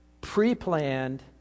pre-planned